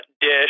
dish